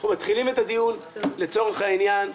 אנחנו מתחילים את הדיון לצורך העניין,